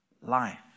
life